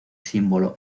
símbolo